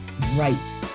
right